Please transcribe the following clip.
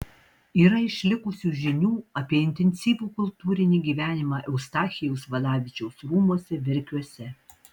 yra išlikusių žinių apie intensyvų kultūrinį gyvenimą eustachijaus valavičiaus rūmuose verkiuose